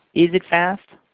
is it fast?